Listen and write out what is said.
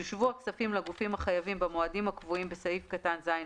יושבו הכספים לגופים החייבים במועדים הקבועים בסעיף קטן (ז1),